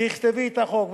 תכתבי את החוק,